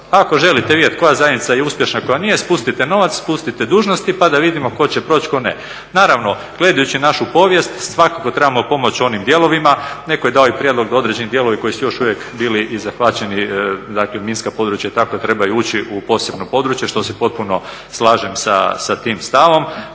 Ako želite vidjet koja zajednica je uspješna, koja nije, spustite novac, spustite dužnosti pa da vidimo tko će proći, tko ne. Naravno, gledajući našu povijest svakako trebamo pomoći onim dijelovima, netko je dao i prijedlog da određeni dijelovi koji su još uvijek bili i zahvaćeni, dakle minska područja … trebaju ući u posebno područje što se potpuno slažem sa tim stavom.